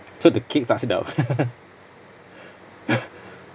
so the cake tak sedap ah